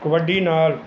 ਕਬੱਡੀ ਨਾਲ਼